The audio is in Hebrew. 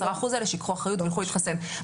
10% האלה שייקחו אחריות וילכו להתחסן.